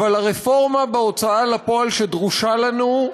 אבל הרפורמה בהוצאה לפועל שדרושה לנו,